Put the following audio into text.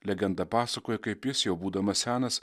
legenda pasakoja kaip jis jau būdamas senas